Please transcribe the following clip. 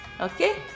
Okay